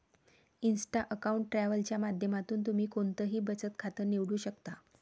Insta account travel च्या माध्यमातून तुम्ही कोणतंही बचत खातं निवडू शकता